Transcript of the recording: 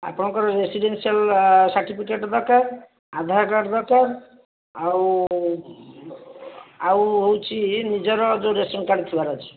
ଆପଣଙ୍କର residential certificate ଦରକାର Aadhaar card ଦରକାର ଆଉ ଆଉ ହେଉଛି ନିଜର ଯେଉଁ ରେସନ କାର୍ଡ଼ ଥିବାର ଅଛି